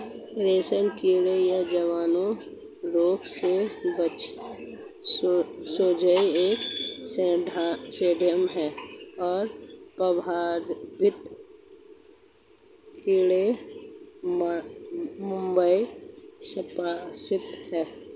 रेशमकीट यह जीवाणु रोग से जुड़ा एक सिंड्रोम है और प्रभावित कीड़े बॉम्बे सेप्टिकस है